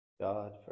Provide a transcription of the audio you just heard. God